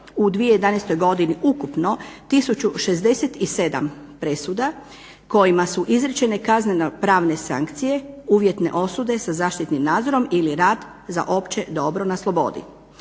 u 2011. godini ukupno 1067 presuda kojima su izrečene kazneno-pravne sankcije uvjetne osobe sa zaštitnim nadzorom ili rad za opće dobro na slobodi.